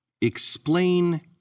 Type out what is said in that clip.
explain